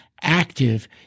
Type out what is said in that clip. active